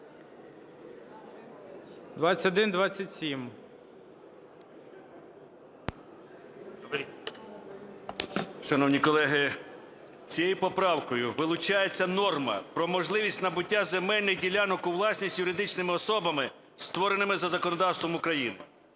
І.Г. Шановні колеги, цією поправкою вилучається норма про можливість набуття земельних ділянок у власність юридичними особами, створеними за законодавством України.